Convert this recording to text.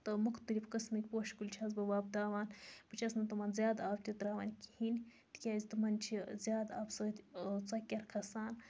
تہٕ مُختَلِف قٕسمٕکۍ پوشہِ کُلۍ چھَس بہٕ وۄبداوان بہٕ چھَس نہٕ تِمَن زیادٕ آب تہِ تراوان کِہیٖنۍ تکیاز تِمَن چھِ زیادٕ آب سۭتۍ ژۄکیٚر کھَسان